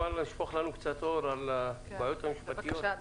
תשפכי לנו קצת אור על הבעיות המשפטיות.